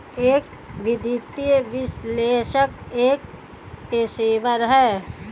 एक वित्तीय विश्लेषक एक पेशेवर है